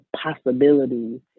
possibilities